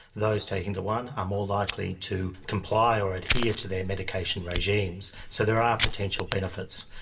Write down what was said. those taking the one are more likely to comply or adhere to their medication regimes. so there are potential benefits.